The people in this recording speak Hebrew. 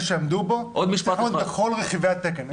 שיעמדו בו צריך לעמוד בכל רכיבי התקן,